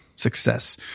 success